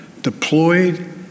deployed